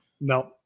No